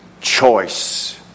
choice